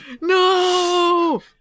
no